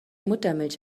muttermilch